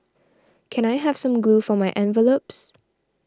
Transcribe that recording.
can I have some glue for my envelopes